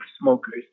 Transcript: smokers